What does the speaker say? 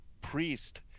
priest